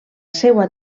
seua